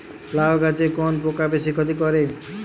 লাউ গাছে কোন পোকা বেশি ক্ষতি করে?